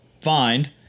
find